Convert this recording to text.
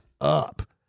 up